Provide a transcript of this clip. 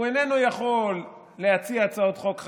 הוא איננו יכול להציע הצעות חוק חדשות,